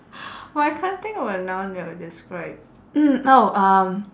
but I can't think of a noun that will describe mm oh um